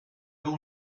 all